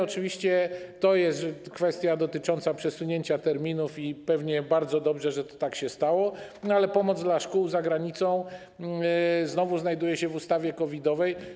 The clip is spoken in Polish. Oczywiście to jest kwestia dotycząca przesunięcia terminów i pewnie bardzo dobrze, że tak się stało, ale pomoc dla szkół za granicą znowu znajduje się w ustawie COVID-owej.